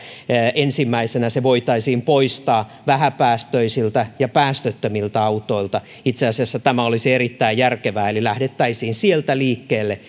ensimmäisenä se voitaisiin poistaa vähäpäästöisiltä ja päästöttömiltä autoilta itse asiassa tämä olisi erittäin järkevää eli lähdettäisiin sieltä liikkeelle